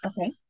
Okay